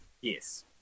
Yes